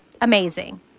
amazing